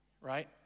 Right